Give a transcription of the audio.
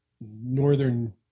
northern